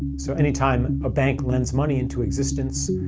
so any time and a bank lends money into existence,